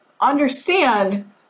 understand